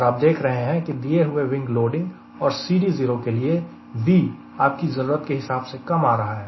और आप देख रहे हैं की दिए हुए विंग लोडिंग और CD0 के लिए V आपकी जरूरत के हिसाब से कम आ रहा है